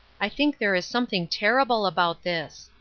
i think there is something terrible about this.